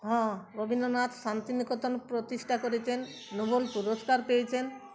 হ্যাঁ রবীন্দ্রনাথ শান্তিনিকেতন প্রতিষ্ঠা করেছেন নোবেল পুরস্কার পেয়েছেন